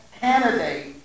candidate